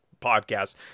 podcast